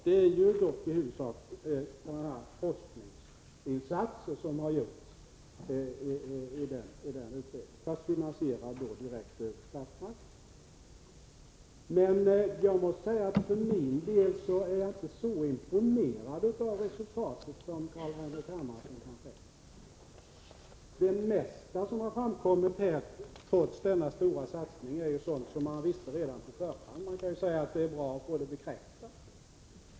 Det är i huvudsak forskningsinsatser som har gjorts, dock direkt finansierade av statsmakten. Jag är inte så imponerad av resultatet som Carl-Henrik Hermansson är. Trots den stora satsningen är det mesta som har framkommit sådant som man kände till redan på förhand. Man kan visserligen säga att det är bra att få detta bekräftat.